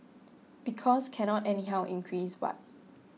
because cannot anyhow increase what